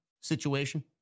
situation